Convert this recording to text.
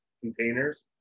containers